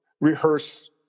rehearse